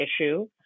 issue